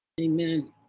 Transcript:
Amen